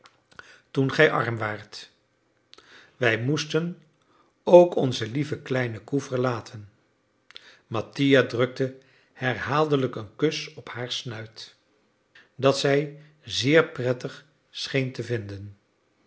toen gij arm waart wij moesten ook onze lieve kleine koe verlaten mattia drukte herhaaldelijk een kus op haar snuit dat zij zeer prettig scheen te vinden